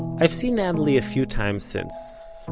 i've seen natalie a few times since,